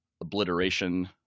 Obliteration